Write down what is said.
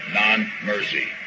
non-mercy